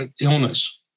illness